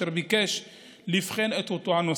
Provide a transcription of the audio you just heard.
אשר ביקש לבחון את אותו הנושא.